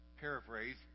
Paraphrase